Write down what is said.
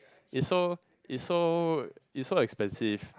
is so is so is so expensive